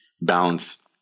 balance